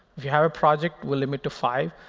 if you have a project, we'll limit to five.